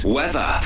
Weather